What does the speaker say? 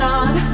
on